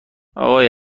آقای